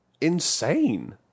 insane